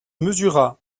mesura